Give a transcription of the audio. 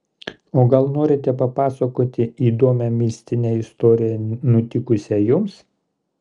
o gal norite papasakoti įdomią mistinę istoriją nutikusią jums